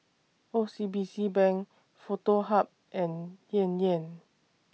O C B C Bank Foto Hub and Yan Yan